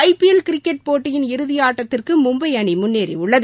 ஐ PL cricket போட்டியின் இறுதிஆட்டத்திற்கு மும்பை அணிமுன்னேறியுள்ளது